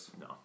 No